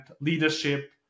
leadership